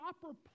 proper